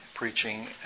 preaching